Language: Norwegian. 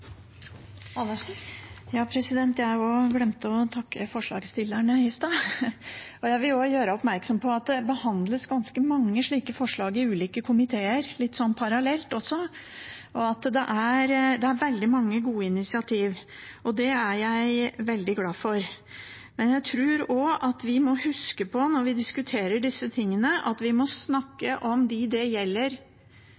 jeg glemte å takke forslagsstillerne i stad. Jeg vil gjøre oppmerksom på at det også behandles ganske mange slike forslag i ulike komiteer, litt parallelt. Det er veldig mange gode initiativ, og det er jeg veldig glad for. Men jeg tror vi må huske på, når vi diskuterer disse tingene, at vi må snakke